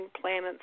planets